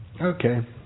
okay